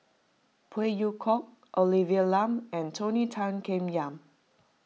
Phey Yew Kok Olivia Lum and Tony Tan Keng Yam